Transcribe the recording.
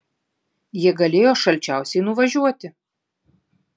jie galėjo šalčiausiai nuvažiuoti